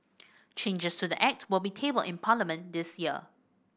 changes to the Act will be tabled in Parliament this year